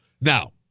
Now